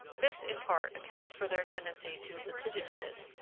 this in part accounts for their tendency to litigiousness,